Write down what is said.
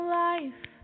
life